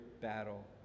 battle